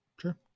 Sure